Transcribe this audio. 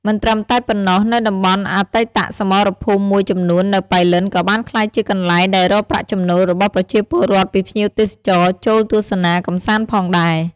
មិនត្រឹមតែប៉ុណ្ណោះ នៅតំបន់អតីតសមរភូមិមួយចំនួននៅប៉ៃលិនក៏បានក្លាយជាកន្លែងដែលរកប្រាក់ចំណូលរបស់ប្រជាពលរដ្ធពីភ្ញៀវទេសចរចូលទស្សនាកម្សាន្តផងដែរ។